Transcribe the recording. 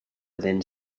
within